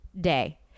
day